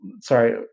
Sorry